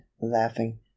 laughing